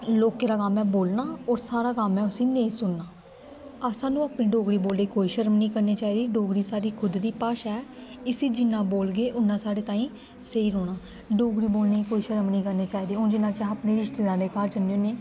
लोकें दा कम्म ऐ बोलना और साढ़ा कम्म ऐ उस्सी नेईं सुनना सानूं अपनी डोगरी बोलनें च कोई शरम निं करनी चाहिदी डोगरी साढ़ी खुद दी भाशा ऐ इस्सी जिन्ना बोलगे उन्ना साढ़े ताईं स्हेई रौह्ना डोगरी बोलने गी कोई शरम नेईं करनी चाहिदी हून जियां कि अस अपने रिश्तेदारें दे घर जन्ने होन्ने